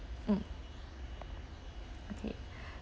mm okay